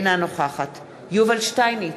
אינה נוכחת יובל שטייניץ,